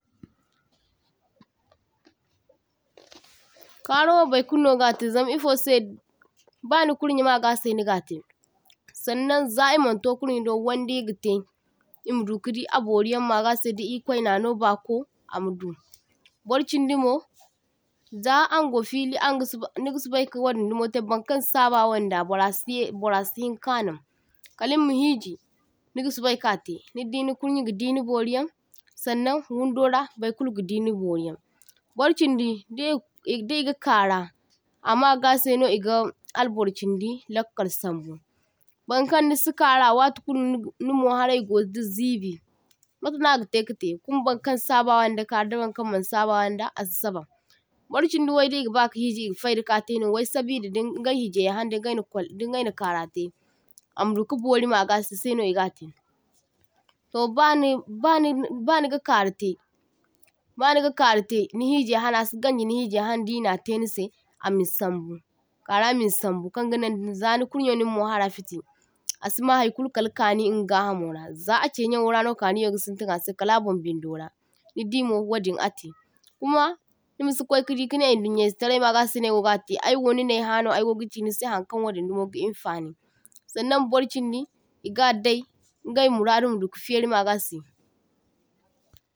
toh – toh Karawo bai kulno gate, zam ifose ba nikurnye magase niga te, saŋnaŋ za imaŋ to kurnye do waŋdi gate imadu kadi aboriyaŋ magase da irkwai naŋo bako amado. Bar chindi mo za aŋgo fili anga sobai niga sobaika wadin dimo te baŋkaŋ sabawaŋda barasi ye bara sihinka naŋ, kalinma hiji nigi sobai ka te nidi ni kurnye gadi ni boriyan saŋnaŋ wundora bai kulu gadi ni boriyaŋ. Borchindi di ig di igikara amagase no iga albor chindi lakkal sambu, baŋkaŋ nisi kara watikul nog ni moharai go dizibi mate nagate ka te, kuma baŋkaŋ sabawaŋ da karu da baŋkaŋ maŋ sabawaŋda asi saba, barchindi wai digaba ka hiji iga faida kara teno wai sabida din ingai hijai hane dingaina kul dingai na karate ama duka bori magase se no igate, toh baŋi baŋi baniga karate ba niga karate ni hijai haŋe asi ganji ni hijai haŋe dina te nise amin sambu, kara min sambu kaŋ ganan za ni kurnyo nin mohara fiti asima haikulu kal kaŋi inga gahamo ra, za’ache nyawo rano kaŋiyo ga sintin ase kalabon bindora, nidimo wadin ate. Kuma nimasi kwai kadi kane idunyayze tarai magase naigoga te, aiwo ninai haŋo ai goga chi nise haŋkaŋ wadin dimo gi infani. Saŋnaŋ bar chindi iga dai ingai muradu madu ka feri magase.